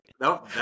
no